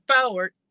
forward